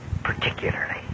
particularly